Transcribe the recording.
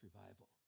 revival